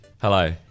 Hello